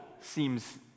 seems